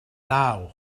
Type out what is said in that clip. naw